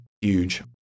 huge